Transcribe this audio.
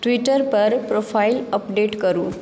Twitter पर profile update करू